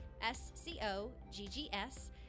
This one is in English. S-C-O-G-G-S